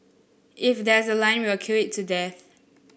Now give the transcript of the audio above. if there's a line we will queue it to death